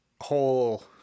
whole